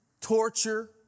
torture